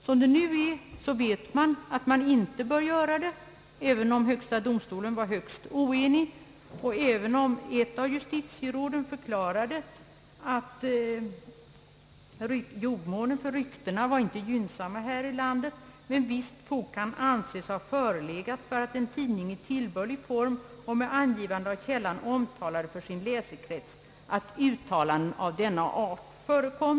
Som det nu är vet man att man inte bör göra det, även om högsta domstolen var oenig och även om ett av justitieråden förklarade att jordmånen för rykten inte var gynnsam här i landet och att visst fog kan anses ha förelegat för att en tidning i tillbörlig form och med angivande av källan omtalade för sin läsekrets att uttalanden av denna art förekom.